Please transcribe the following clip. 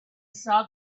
saw